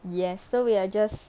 yes so we are just